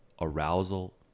arousal